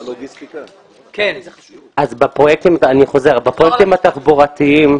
בפרויקטים התחבורתיים,